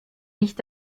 nicht